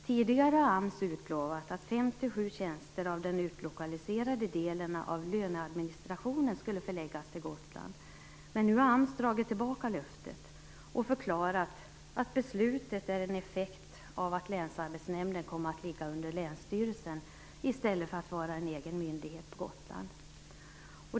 Tidigare har AMS utlovat att fem till sju tjänster inom den utlokaliserade delen av löneadministrationen skulle förläggas till Gotland. Nu har AMS dragit tillbaka det löftet och förklarat att det beslutet är en effekt av att länsarbetsnämnden kommer att ligga under länsstyrelsen i stället för att vara en egen myndighet på Gotland.